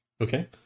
Okay